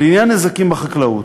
לעניין נזקים בחקלאות: